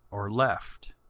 or left.